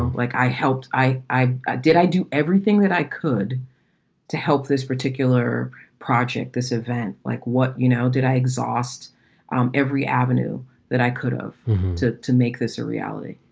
like i helped i, i i did i do everything that i could to help this particular project. this event. like what? you know, did i exhaust um every avenue that i could have to to make this a reality?